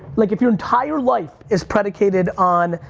like, if your entire life is predicated on,